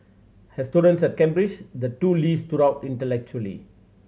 as students at Cambridge the two Lees stood out intellectually